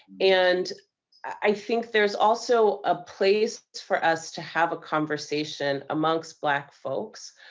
and i think there's also a place for us to have a conversation amongst black folks,